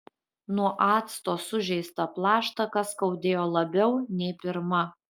nuo acto sužeistą plaštaką skaudėjo labiau nei pirma